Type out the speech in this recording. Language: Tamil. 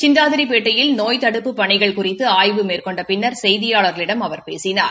சிந்தாதிரிபேட்டையில் நோய் தடுப்புப் பனிகள் குறித்து ஆய்வு மேற்கொண்ட பின்னா் செய்தியாளா்களிடம் அவர் பேசினார்